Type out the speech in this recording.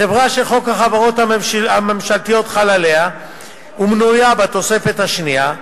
חברה שחוק החברות הממשלתיות חל עליה ומנויה בתוספת השנייה,